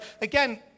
again